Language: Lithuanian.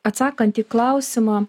atsakant į klausimą